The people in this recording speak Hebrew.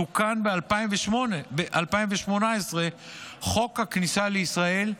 תוקן ב-2018 חוק הכניסה לישראל,